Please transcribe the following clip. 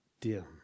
dim